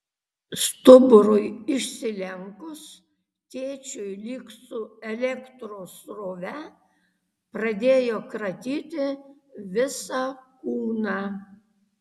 stuburui išsilenkus tėčiui lyg su elektros srove pradėjo kratyti visą kūną